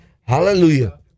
hallelujah